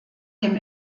dem